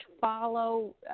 follow